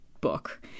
book